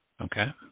Okay